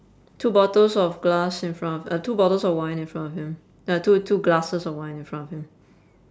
two bottles of glass in front of uh two bottles of wine in front of him uh two two glasses of wine in front of him